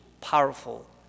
powerful